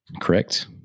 Correct